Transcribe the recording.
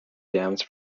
dams